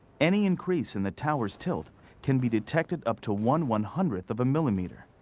any increase in the tower's tilt can be detected up to one one hundredth of a millimeter.